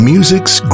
Music's